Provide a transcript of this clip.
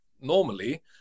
normally